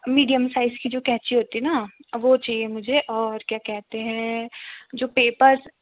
medium size की जो कैंची होती है ना वह चाहिए मुझे और क्या कहते हैं जो पेपर